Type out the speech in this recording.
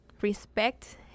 respect